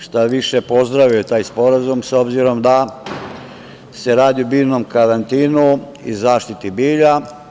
Šta više, pozdravio je taj sporazum s obzirom da se radi o biljnom karantinu i zaštiti bilja.